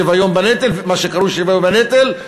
שוויון בנטל, מה שקרוי שוויון בנטל,